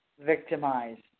victimized